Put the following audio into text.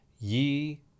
ye